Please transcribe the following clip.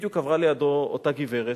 בדיוק עברה לידו אותה גברת,